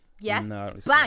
yes